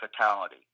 fatality